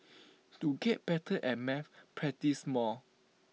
to get better at maths practise more